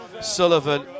Sullivan